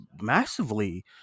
massively